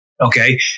okay